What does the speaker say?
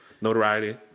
Notoriety